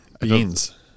Beans